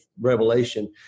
revelation